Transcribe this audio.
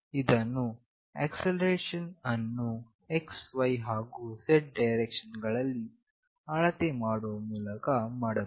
ಇದನ್ನು ಆಕ್ಸೆಲರೇಷನ್ ಅನ್ನು xy ಹಾಗು z ಡೈರೆಕ್ಷನ್ ಗಳಲ್ಲಿ ಅಳತೆ ಮಾಡುವ ಮೂಲಕ ಮಾಡಬಹುದು